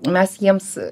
mes jiems